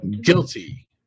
guilty